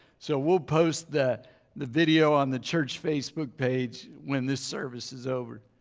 so we'll post that the video on the church facebook page when this service is over.